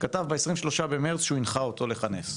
כתב ב-23 למרץ שהוא הנחה אותו לכנס.